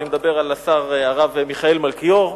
אני מדבר על הרב מיכאל מלכיאור,